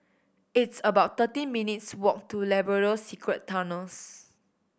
it's about thirteen minutes' walk to Labrador Secret Tunnels